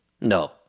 No